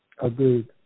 Agreed